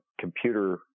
computer